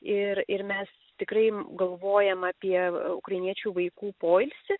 ir ir mes tikrai galvojam apie ukrainiečių vaikų poilsį